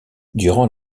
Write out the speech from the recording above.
durant